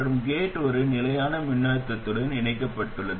மற்றும் கேட் ஒரு நிலையான மின்னழுத்தத்துடன் இணைக்கப்பட்டுள்ளது